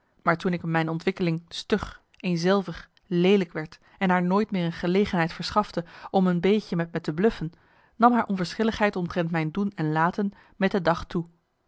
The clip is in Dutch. maar toen ik in mijn ontwikkeling stug eenzelvig leelijk werd en haar nooit meer een gelegenheid verschafte om een beetje met me te bluffen nam haar onverschilligheid omtrent mijn doen en laten met den dag toe